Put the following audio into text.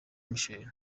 michel